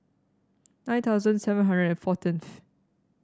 nine thousand seven hundred and fourteenth